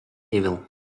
evil